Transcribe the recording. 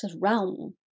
realm